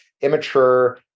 immature